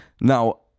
Now